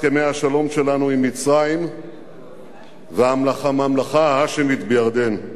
הברית הזאת מבוססת על תמיכה עמוקה של העם האמריקני בישראל,